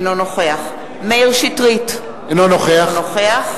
אינו נוכח מאיר שטרית, אינו נוכח